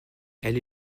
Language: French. elle